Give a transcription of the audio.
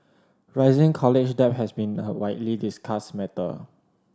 rising college debt has been a widely discussed matter